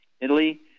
Italy